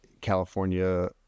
California